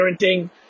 parenting